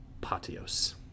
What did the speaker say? Patios